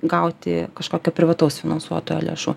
gauti kažkokio privataus finansuotojo lėšų